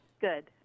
Good